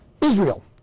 Israel